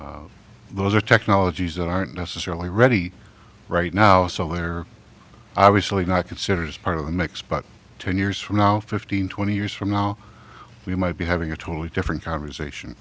that those are technologies that aren't necessarily ready right now so they're obviously not considered as part of the mix but ten years from now fifteen twenty years from now we might be having a totally different conversation